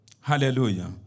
Hallelujah